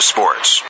Sports